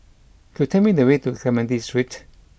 could tell me the way to Clementi Street